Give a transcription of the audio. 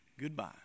Goodbye